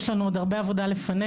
יש לנו עוד הרבה עבודה לפנינו.